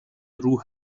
روح